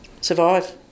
survive